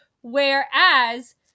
whereas